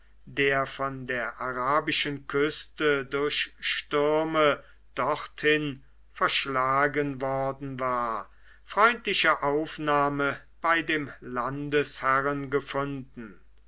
der von der arabischen küste durch stürme dorthin verschlagen worden war freundliche aufnahme bei dem landesherrn gefunden